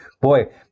boy